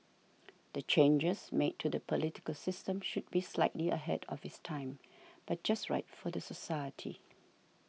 the changes made to the political system should be slightly ahead of its time but just right for the society